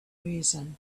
reason